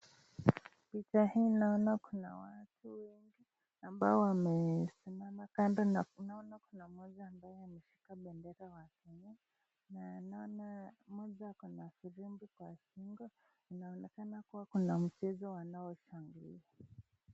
Picha hii naona kuna watu wengi ambao wamesimama kando na tunaona kuna mmoja ambaye ameshika bendera wa Kenya na naona mmoja akona firimbi kwa shingo. Inaonekana kuwa kuna mchezo wanaoshangilia.